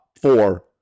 four